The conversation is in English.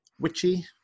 witchy